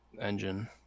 engine